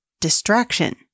distraction